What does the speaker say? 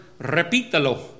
Repítalo